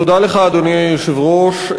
אדוני היושב-ראש,